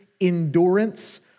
endurance